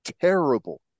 terrible